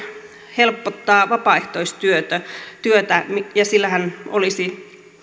helpottaa vapaaehtoistyötä ja sillähän olisi